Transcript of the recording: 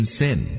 sin